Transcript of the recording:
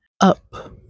up